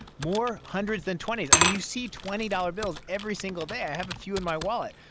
more hundreds than twenty s. i mean, you see twenty dollars bills every single day. i have a few in my wallet.